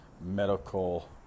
medical